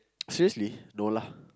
seriously no lah